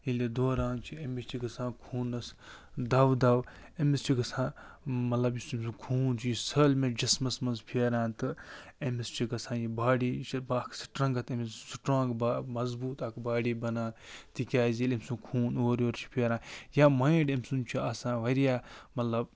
ییٚلہِ دوران چھُ أمِس چھِ گَژھان خوٗنس دَودَو أمِس چھُ گَژھان مطلب یُس أمۍ سُنٛد خوٗن چھُ یہِ چھُ سٲلمس جِسمس منٛز پھیران تہٕ أمِس چھُ گَژھان یہِ باڈی یہِ چھِ با اکھ سِٹرنٛگٕتھ أمِس سِٹرانٛگ مظبوٗط اَکھ باڈی بَنان تِکیٛازِ ییٚلہِ أمۍ سُنٛد خوٗن اورٕ یور چھُ پھیران یا مایِنٛڈ أمۍ سُنٛد چھُ آسان وارِیاہ مطلب